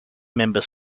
member